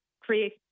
create